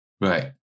Right